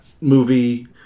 movie